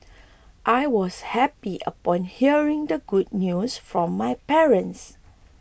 I was happy upon hearing the good news from my parents